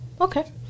Okay